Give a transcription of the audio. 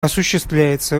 осуществляется